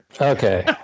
Okay